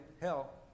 hell